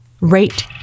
Rate